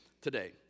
today